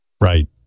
right